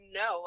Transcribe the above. no